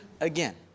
again